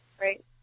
right